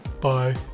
bye